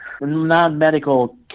Non-medical